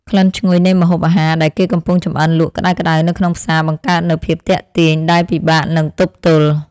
ក្លិនឈ្ងុយនៃម្ហូបអាហារដែលគេកំពុងចម្អិនលក់ក្តៅៗនៅក្នុងផ្សារបង្កើតនូវភាពទាក់ទាញដែលពិបាកនឹងទប់ទល់។